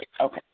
Okay